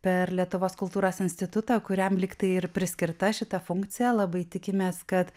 per lietuvos kultūros institutą kuriam lygtai ir priskirta šita funkcija labai tikimės kad